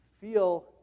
feel